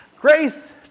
grace